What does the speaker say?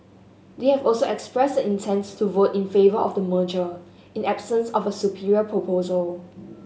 they have also expressed the intent to vote in favour of the merger in absence of a superior proposal